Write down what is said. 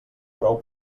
prou